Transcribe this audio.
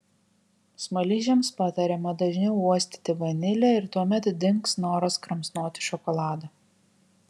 smaližiams patariama dažniau uostyti vanilę ir tuomet dings noras kramsnoti šokoladą